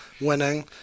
winning